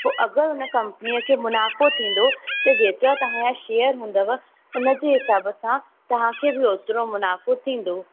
पोइ अगरि हुन कंपनीअ खे मुनाफ़ो थींदो त जेतिरा तव्हांजा शेयर हूंदव हुन जे हिसाब सां तव्हांखे बि ओतिरो मुनाफ़ो थींदो